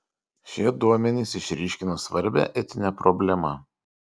šie duomenys išryškina svarbią etinę problemą